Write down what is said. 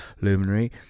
Luminary